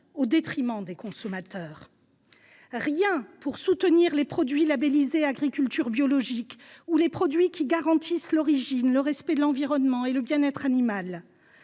au détriment des consommateurs. Rien pour soutenir les produits labellisés « Agriculture biologique » ou les produits qui garantissent l’origine, le respect de l’environnement et le bien être animal.